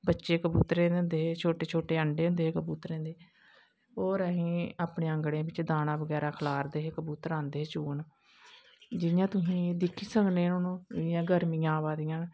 बच्चे कबूतरें दे होंदे हे अण्डे कबूतरें दे होंदे हे होर अस अपनें अगनें बिच्च दानां बगैरा खलारदे हे कबूतर आंदे हे चुग्गन जियां तुस दिक्खी सकनें हून गर्मियां अवा दियां न